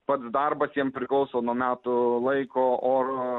pats darbas jiem priklauso nuo metų laiko oro